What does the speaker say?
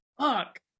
fuck